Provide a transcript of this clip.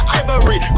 ivory